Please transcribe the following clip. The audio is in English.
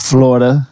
Florida